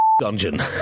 dungeon